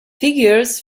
figures